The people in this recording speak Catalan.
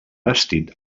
bastit